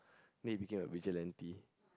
then he became a vigilante